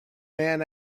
man